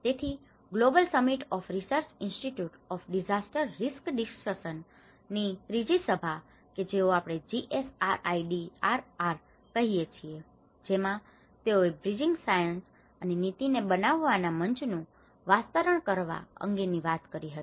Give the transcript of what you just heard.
તેથી global summit of research institute of disaster risk reduction ની ત્રીજી સભા કે જેઓ આપણે જીએસઆરઆઇડીઆરઆર કહીએ છીએ જેમાં તેઓએ બ્રીજીંગ સાયન્સ અને નીતિ ને બનાવવવા ના મંચ નું વાસ્તરણ કરવા અંગે ની વાત કરી હતી